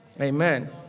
Amen